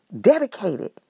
dedicated